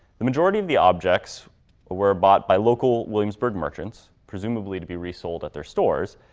the majority of the objects were bought by local williamsburg merchants, presumably to be resold at their stores,